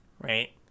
Right